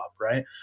right